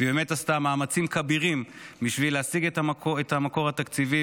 עשתה מאמצים כבירים בשביל להשיג את המקור התקציבי,